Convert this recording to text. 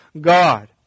God